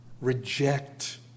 reject